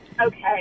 Okay